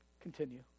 Continue